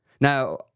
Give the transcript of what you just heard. Now